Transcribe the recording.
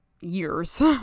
years